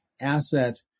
asset